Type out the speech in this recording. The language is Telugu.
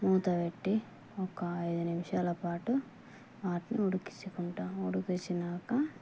మూతపెట్టి ఒక ఐదు నిమిషాల పాటు వాటిని ఉడికించుకుంటాను ఉడికించినాక